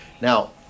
Now